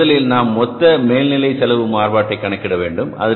எனவே முதலில் நாம் மொத்த மேல்நிலை செலவு மாறுபாட்டை கணக்கிட வேண்டும்